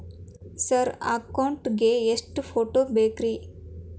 Sir account ಗೇ ಎಷ್ಟು photo ಬೇಕ್ರಿ?